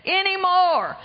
anymore